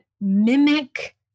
mimic